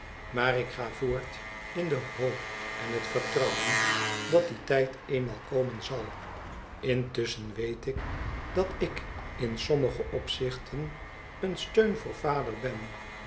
maar ik ga voort in de hoop en het vertrouwen dat die tijd eenmaal komen zal intusschen weet ik dat ik in sommige opzichten een steun voor vader ben